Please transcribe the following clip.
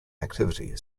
activity